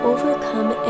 overcome